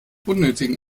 unnötigen